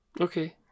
Okay